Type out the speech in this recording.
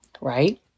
right